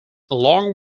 along